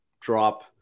drop